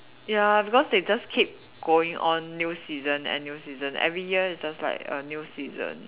ya because they just keep going on new season and new season every year is just like a new season